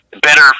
better